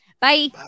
bye